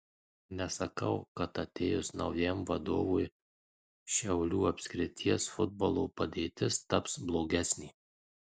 nesakau kad atėjus naujam vadovui šiaulių apskrities futbolo padėtis taps blogesnė